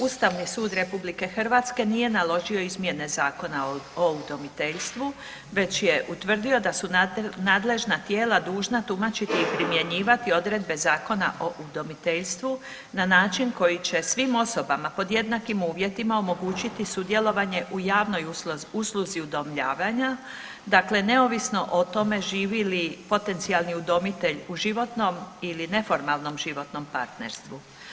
Ustavni sud RH nije naložio izmjene Zakona o udomiteljstvu već je utvrdio da su nadležna tijela dužna tumačiti i primjenjivati odredbe Zakona o udomiteljstvu na način koji će svim osobama pod jednakim uvjetima omogućiti sudjelovanje u javnoj usluzi udomljavanja, dakle neovisno o tome živi li potencijalni udomitelj u životnom ili neformalnom životnom partnerstvu.